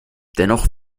dennoch